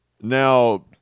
now